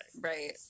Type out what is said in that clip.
Right